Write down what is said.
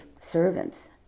servants